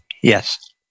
Yes